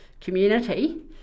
community